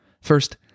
First